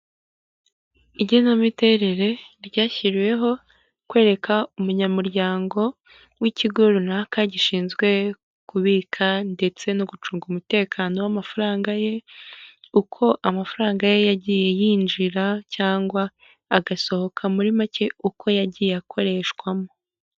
Igenamiterere ryashyiriweho kwereka umunyamuryango w'ikigo runaka gishinzwe kubika ndetse no gucunga umutekano w'amafaranga ye, uko amafaranga ye yagiye yinjira cyangwa agasohoka muri make uko yagiye akoreshwamo.